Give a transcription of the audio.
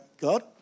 God